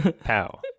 Pow